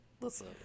Listen